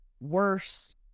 worse